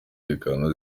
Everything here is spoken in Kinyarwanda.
umutekano